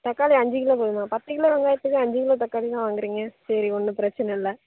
தக்காளி அஞ்சு கிலோ போதுமா பத்து கிலோ வெங்காயத்துக்கு அஞ்சு கிலோ தக்காளி தான் வாங்குறீங்க சரி ஒன்றும் பிரச்சின இல்லை